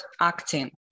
acting